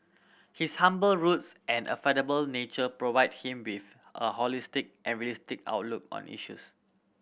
his humble roots and affable nature provide him with a holistic and realistic outlook on issues